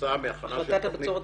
--- החלטת הבצורת,